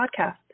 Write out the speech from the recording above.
podcast